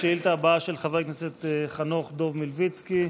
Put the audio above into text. השאילתה הבאה היא של חבר הכנסת חנוך דב מלביצקי.